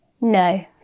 No